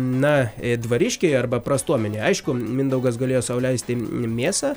na dvariškiai arba prastuomenė aišku mindaugas galėjo sau leisti mėsą